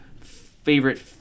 favorite